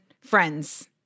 friends